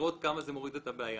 לראות כמה זה מוריד את הבעיה.